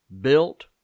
built